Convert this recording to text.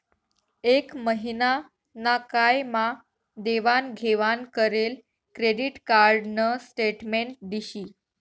एक महिना ना काय मा देवाण घेवाण करेल क्रेडिट कार्ड न स्टेटमेंट दिशी